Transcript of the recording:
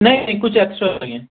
نہیں نہیں کچھ ایکسٹرا نہیں ہے